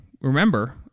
remember